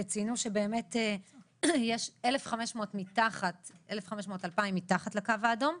וציינו שיש 2,000-1,500 מתחת לקו האדום.